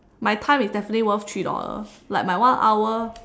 my time is definitely worth three dollars like my one hour